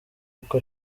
uko